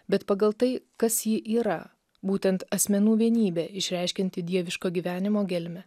bet pagal tai kas ji yra būtent asmenų vienybė išreiškianti dieviško gyvenimo gelmę